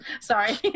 Sorry